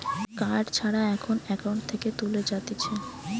card ছাড়া এখন account থেকে তুলে যাতিছে